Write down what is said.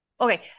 Okay